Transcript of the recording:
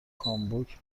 کامبک